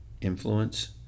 influence